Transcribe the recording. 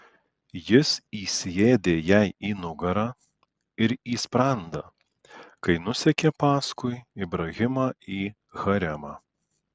jis įsiėdė jai į nugarą ir į sprandą kai nusekė paskui ibrahimą į haremą